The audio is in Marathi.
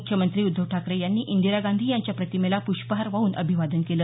मुख्यमंत्री उद्धव ठाकरे यांनी इंदिरा गांधी यांच्या प्रतिमेला पुष्पहार वाहून अभिवादन केलं